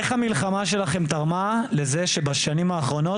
איך המלחמה שלכם תרמה לזה שבשנים האחרונות